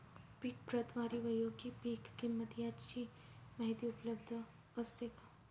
पीक प्रतवारी व योग्य पीक किंमत यांची माहिती उपलब्ध असते का?